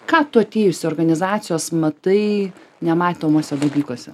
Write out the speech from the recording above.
ką tu atėjusi į organizacijas matai nematomuose dalykuose